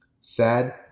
sad